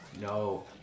No